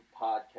podcast